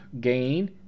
gain